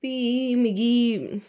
फ्ही मिगी